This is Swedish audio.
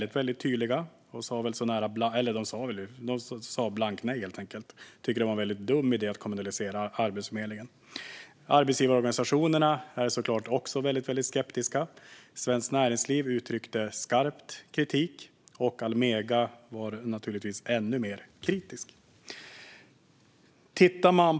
De var väldigt tydliga. De sa helt enkelt blankt nej och tyckte att det var en dum idé att kommunalisera Arbetsförmedlingen. Arbetsgivarorganisationerna är såklart också väldigt skeptiska. Svenskt Näringsliv uttryckte skarp kritik, och Almega var naturligtvis ännu mer kritiskt.